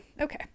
okay